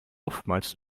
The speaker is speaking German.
oftmals